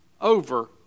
over